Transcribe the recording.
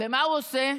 ומה הוא עושה?